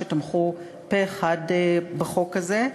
שתמכו פה אחד בחוק הזה.